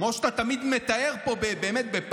כמו שאתה תמיד מתאר פה בפתוס,